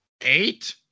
Eight